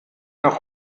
noch